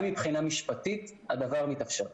גם מבחינה משפטית הדבר מתאפשר.